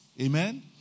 Amen